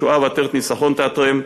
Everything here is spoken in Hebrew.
ישועה ועטרת ניצחון תעטרם.